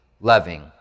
loving